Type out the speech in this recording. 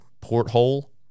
porthole